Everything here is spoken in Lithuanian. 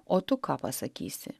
o tu ką pasakysi